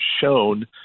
shown